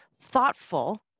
thoughtful